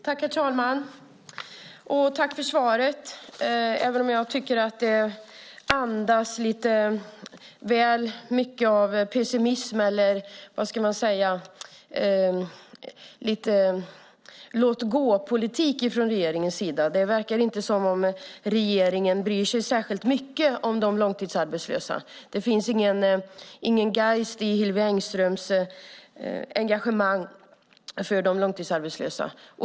Herr talman! Tack för svaret, även om jag tycker att det andas lite väl mycket av pessimism eller låtgåpolitik från regeringens sida! Det verkar inte som om regeringen bryr sig särskilt mycket om de långtidsarbetslösa. Det finns ingen geist i Hillevi Engströms engagemang för de långtidsarbetslösa.